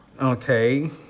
okay